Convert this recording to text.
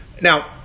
Now